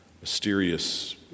mysterious